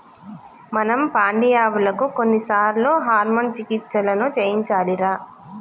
మనం పాడియావులకు కొన్నిసార్లు హార్మోన్ చికిత్సలను చేయించాలిరా